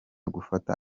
gufata